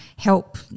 help